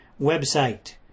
website